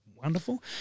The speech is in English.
Wonderful